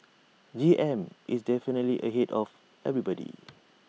G M is definitely ahead of everybody